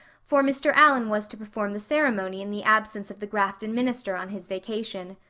for mr. allan was to perform the ceremony in the absence of the grafton minister on his vacation.